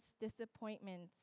disappointments